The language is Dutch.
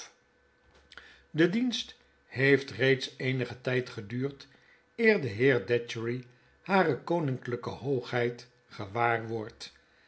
de dienst heeft reeds eenigen tijd geduurd eer de heer datchery hare koninkigke hoogheid gewaar wordt